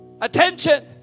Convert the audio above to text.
Attention